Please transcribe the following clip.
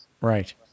Right